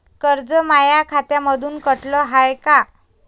कर्ज माया खात्यामंधून कटलं हाय का?